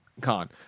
con